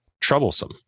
troublesome